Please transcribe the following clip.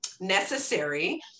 necessary